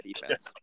defense